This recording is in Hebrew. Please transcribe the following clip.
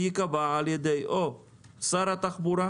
ייקבע על-ידי או שר התחבורה,